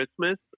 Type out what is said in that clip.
Christmas